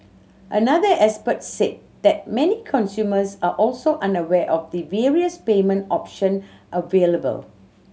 another expert said that many consumers are also unaware of the various payment option available